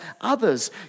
others